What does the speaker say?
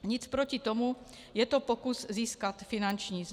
Nic proti tomu, je to pokus získat finanční zdroj.